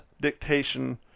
dictation